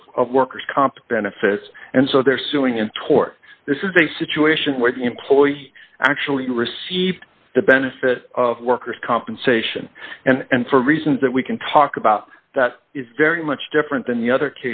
absence of workers comp benefits and so they're suing in tort this is a situation where the employee actually received the benefit of workers compensation and for reasons that we can talk about that is very much different than the other